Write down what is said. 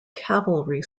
cavalry